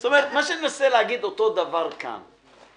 אותו דבר גם כאן.